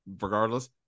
regardless